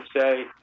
say